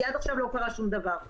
כי עד עכשיו לא קרה שום דבר.